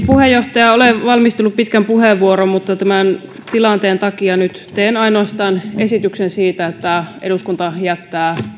puheenjohtaja olen valmistellut pitkän puheenvuoron mutta tämän tilanteen takia teen nyt ainoastaan esityksen siitä että eduskunta jättää